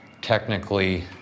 technically